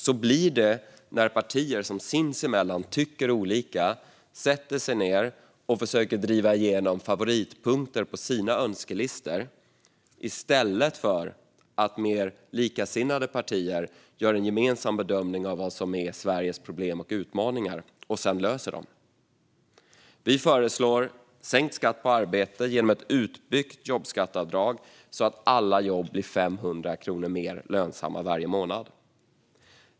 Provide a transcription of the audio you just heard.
Så här blir det när partier som sinsemellan tycker olika sätter sig ned och försöker driva igenom favoritpunkter på sina önskelistor i stället för när mer likasinnade partier gör en gemensam bedömning av vad som är Sveriges problem och utmaningar och sedan löser dem. Vi föreslår sänkt skatt på arbete genom ett utbyggt jobbskatteavdrag så att alla jobb blir 500 kronor mer lönsamma varje månad.